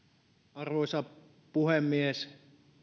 arvoisa puhemies